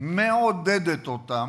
מעודדת אותם,